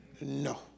No